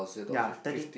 ya thirty